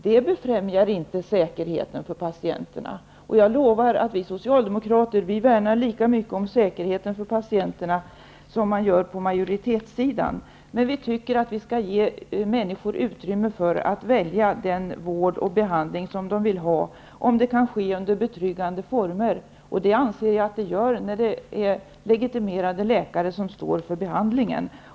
Det befrämjar inte säkerheten för patienterna. Jag lovar att vi socialdemokrater värnar lika mycket om patienternas säkerhet som majoriteten gör. Vi anser dock att man skall ge människor utrymme att välja den vård och behandling som de vill ha, om det kan ske under betryggande former. Det anser jag att det gör när legitimerade läkare står för behandlingen.